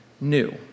new